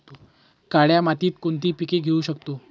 काळ्या मातीत कोणती पिके घेऊ शकतो?